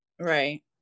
Right